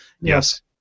Yes